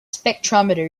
spectrometer